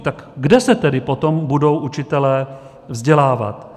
Tak kde se tedy potom budou učitelé vzdělávat?